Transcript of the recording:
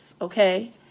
okay